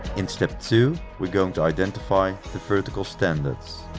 in step two we're going to identify vertical standards.